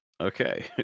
Okay